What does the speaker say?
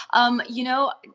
um you know,